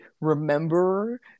remember